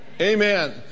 Amen